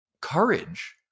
courage